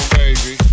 baby